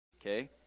Okay